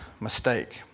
mistake